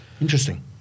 interesting